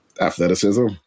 athleticism